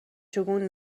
شگون